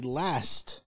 last